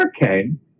hurricane